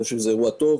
ואני חושב שזה אירוע טוב.